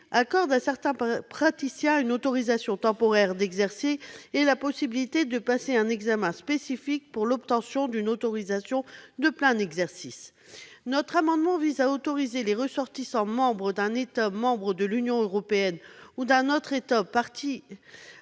accorde à certains praticiens une autorisation temporaire d'exercer et la possibilité de passer un examen spécifique pour l'obtention d'une autorisation de plein exercice. Notre amendement vise à autoriser les ressortissants d'un État membre de l'Union européenne ou d'un autre État partie